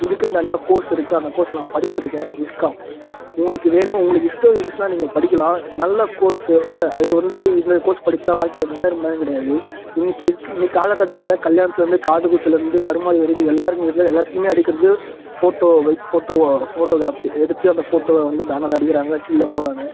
இதுக்குனு தனியா கோர்ஸ் இருக்குது அந்த கோர்ஸில் நான் படிச்சிருக்கேன் விஸ்காம் உங்களுக்கு வேணும் உங்களுக்கு இஷ்டம் இருந்துச்சுனா நீங்கள் படிக்கலாம் நல்ல கோர்ஸ்ஸு வால அது வந்து இந்த கோர்ஸ் படிச்சால் வாழ்க்கையில முன்னேற முடியாதுன்னு கிடையாது இன்றைக்கி இருக்க இன்னிக் காலக்கட்டத்தில் கல்யாணத்தில் இருந்து காது குத்தில் இருந்து கருமாதி வரைக்கும் எல்லாருக்குமே எதில் எல்லாத்துக்குமே அடிக்கிறது ஃபோட்டோ இது ஃபோட்டோ ஃபோட்டோக்ராபி எடுத்து அந்த ஃபோட்டோவை வந்து பேனரில் அடிக்கிறாங்க ஸ்டில்லா போடுறாங்க